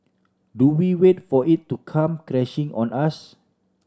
do we wait for it to come crashing on us